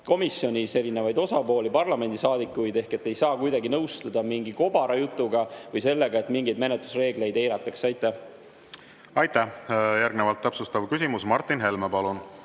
komisjonis erinevaid osapooli, parlamendisaadikuid. Ma ei saa kuidagi nõustuda mingi kobarajutuga või sellega, et mingeid menetlusreegleid eiratakse. Aitäh! Järgnevalt täpsustav küsimus, Martin Helme, palun!